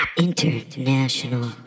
international